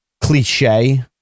cliche